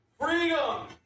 freedom